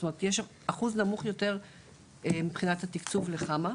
זאת אומרת יש אחוז נמוך יותר מבחינת התקצוב לחמ"ע,